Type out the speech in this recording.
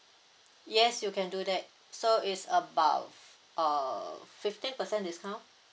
yes you can do that so it's about err fifteen percent discount